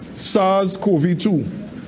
SARS-CoV-2